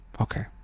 Okay